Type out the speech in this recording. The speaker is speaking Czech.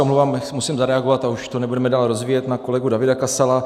Omlouvám se, musím zareagovat, a už to nebudeme dál rozebírat, na kolegu Davida Kasala.